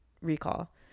recall